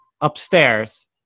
upstairs